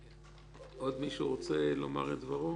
עוד מישהו רוצה לומר את דברו?